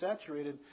saturated